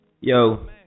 Yo